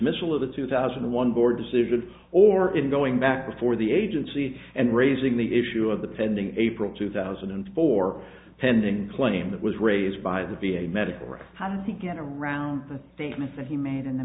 dismissal of the two thousand and one board decision or in going back before the agency and raising the issue of the pending april two thousand and four pending claim that was raised by the v a medical record how did he get around the statement that he made in the